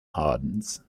hardens